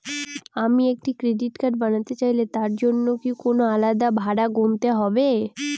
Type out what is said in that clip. আমি একটি credit card বানাতে চাইলে তার জন্য কি কোনো আলাদা ভাড়া গুনতে হবে?